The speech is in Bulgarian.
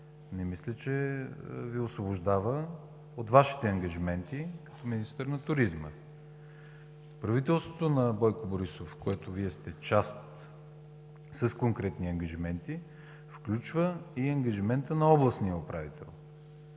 не мисля, че Ви освобождава от Вашите ангажименти като министър на туризма. Правителството на Бойко Борисов, в което Вие сте част с конкретни ангажименти, включва и ангажимента на областния управител.